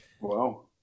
Wow